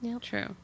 True